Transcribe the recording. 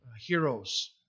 heroes